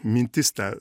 mintis ta